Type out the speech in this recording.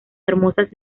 hermosas